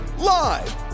Live